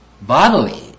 bodily